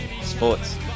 Sports